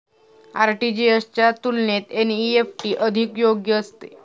RTGS च्या तुलनेत NEFT अधिक योग्य असतं